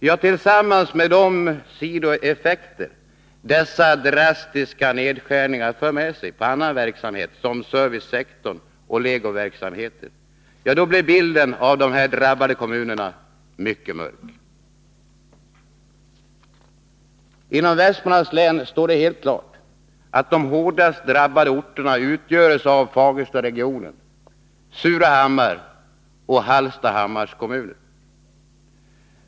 Detta tillsammans med de sidoeffekter dessa drastiska nedskärningar får på annan verksamhet, såsom servicesektorn och legoverksamheter, gör bilden för dessa drabbade kommuner mycket mörk. Inom Västmanlands län står det helt klart att de hårdast drabbade orterna utgörs av Fagerstaregionen och Surahammars och Hallstahammars kommuner.